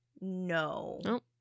No